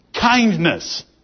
Kindness